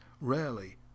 rarely